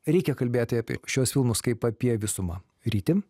reikia kalbėti apie šiuos filmus kaip apie visumą ryti